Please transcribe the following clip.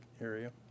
area